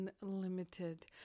unlimited